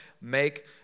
make